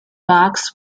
box